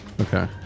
Okay